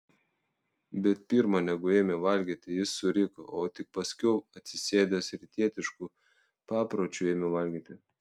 bet pirma negu ėmė valgyti jis suriko o tik paskiau atsisėdęs rytietišku papročiu ėmė valgyti